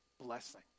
blessing